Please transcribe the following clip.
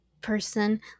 person